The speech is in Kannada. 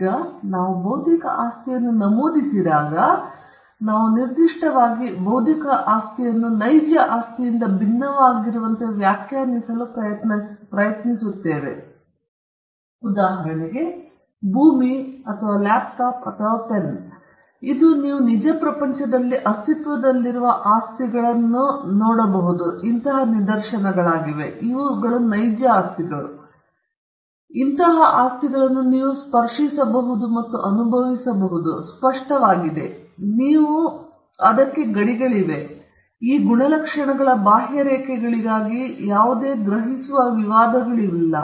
ಈಗ ನಾವು ಬೌದ್ಧಿಕ ಆಸ್ತಿಯನ್ನು ನಮೂದಿಸಿದಾಗ ನಾವು ನಿರ್ದಿಷ್ಟವಾಗಿ ಬೌದ್ಧಿಕ ಆಸ್ತಿಯನ್ನು ನೈಜ ಆಸ್ತಿಯಿಂದ ಭಿನ್ನವಾಗಿರುವಂತೆ ವ್ಯಾಖ್ಯಾನಿಸಲು ಪ್ರಯತ್ನಿಸುತ್ತಿದ್ದೇವೆ ಉದಾಹರಣೆಗೆ ಭೂಮಿ ಅಥವಾ ಲ್ಯಾಪ್ಟಾಪ್ ಅಥವಾ ಪೆನ್ ಇವು ನಿಜ ಪ್ರಪಂಚದಲ್ಲಿ ಅಸ್ತಿತ್ವದಲ್ಲಿರುವ ಆಸ್ತಿಗಳ ನಿದರ್ಶನಗಳಾಗಿವೆ ನೀವು ಅವರನ್ನು ಸ್ಪರ್ಶಿಸಬಹುದು ಮತ್ತು ಅನುಭವಿಸಬಹುದು ಅವರು ಸ್ಪಷ್ಟವಾದರು ನೀವು ಅವುಗಳನ್ನು ಅನುಭವಿಸಬಹುದು ಅದರ ಗಡಿಗಳಿವೆ ಈ ಗುಣಲಕ್ಷಣಗಳ ಬಾಹ್ಯರೇಖೆಗಳಿಗಾಗಿ ಯಾವುದೇ ಗ್ರಹಿಸುವ ವಿವಾದಗಳಿಲ್ಲ